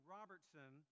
Robertson